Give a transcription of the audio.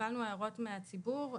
קיבלנו הערות מהציבור,